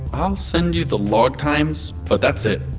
i'll send you the log times, but that's it.